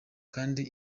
kandi